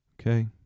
Okay